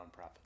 nonprofit